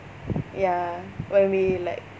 ya what I mean like